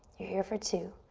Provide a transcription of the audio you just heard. you're here for two,